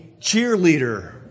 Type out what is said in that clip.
cheerleader